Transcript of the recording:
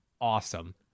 awesome